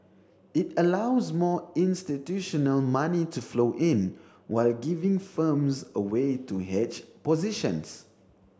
it allows more institutional money to flow in while giving firms a way to hedge positions